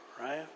right